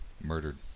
Murdered